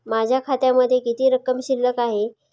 माझ्या खात्यामध्ये किती रक्कम शिल्लक आहे?